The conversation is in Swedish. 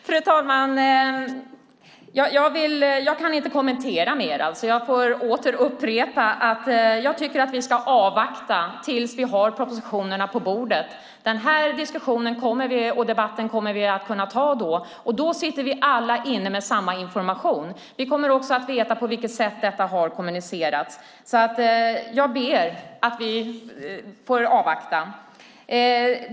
Fru talman! Jag kan inte kommentera mer. Jag får upprepa att jag tycker att vi ska avvakta tills vi har propositionen på bordet. Vi kommer då att kunna ta diskussionen och debatten, och då sitter vi inne med samma information. Vi kommer också att få veta på vilket sätt detta har kommunicerats. Vi får avvakta.